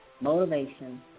motivation